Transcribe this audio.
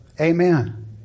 amen